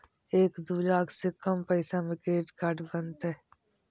एक दू लाख से कम पैसा में क्रेडिट कार्ड बनतैय?